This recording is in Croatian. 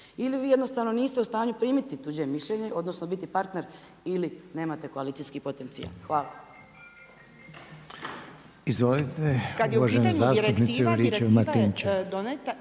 Ili vi jednostavno niste u stanju primiti tuđe mišljenje odnosno biti partner ili nemate koalicijski potencijal. Hvala. **Reiner, Željko (HDZ)** Izvolite, uvažena zastupnice Juričev-Martinčev.